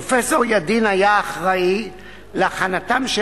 פרופסור ידין היה אחראי להכנתם של